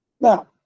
Now